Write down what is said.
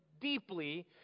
deeply